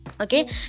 Okay